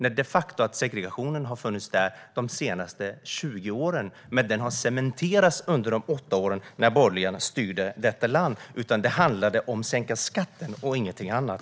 Segregationen har de facto funnits där de senaste 20 åren, men den cementerades under de åtta år som borgarna styrde detta land och allt handlade om att sänka skatten och ingenting annat.